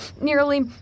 nearly